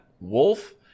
Wolf